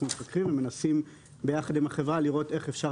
אנחנו מפקחים ומנסים ביחד עם החברה לראות איך אפשר